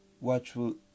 watchful